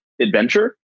adventure